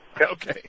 Okay